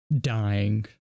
dying